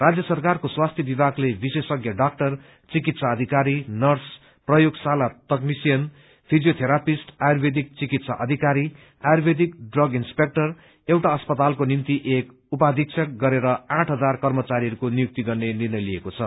राज्य सरकारको स्वास्थ्य विभागले विशेषज डाक्टर चिकित्सा अधिकारी नर्स प्रयोगशाला तक्नीशियन फिजियोथेरापिस्ट आयुर्वेदिक चिकित्सा अधिकारी आयुवैदिक ड्रग इन्स्पेक्टर एउटा अस्पतालको निम्ति एक उपाधीक्षक गरेर आठ हजार कर्मचीहरूको नियुक्ति गर्ने निर्णय लिएको छ